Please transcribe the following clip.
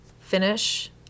finish